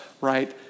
right